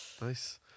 Nice